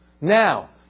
Now